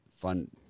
fun